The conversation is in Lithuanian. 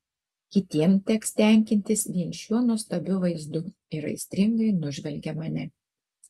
kitiems teks tenkintis vien šiuo nuostabiu vaizdu ir aistringai nužvelgia mane